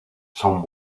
son